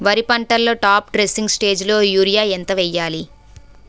వరి పంటలో top dressing స్టేజిలో యూరియా ఎంత వెయ్యాలి?